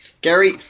Gary